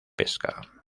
pesca